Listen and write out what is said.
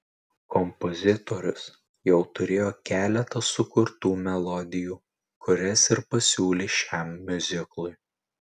kompozitorius jau turėjo keletą sukurtų melodijų kurias ir pasiūlė šiam miuziklui